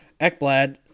Ekblad